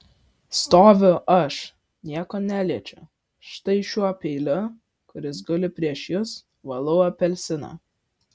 stoviu aš nieko neliečiu štai šiuo peiliu kuris guli prieš jus valau apelsiną